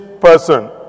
person